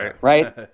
Right